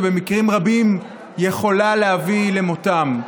שבמקרים רבים יכולה להביא למותם.